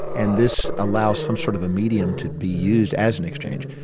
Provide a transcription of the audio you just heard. and this allows some sort of a medium to be used as an exchange.